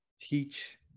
teach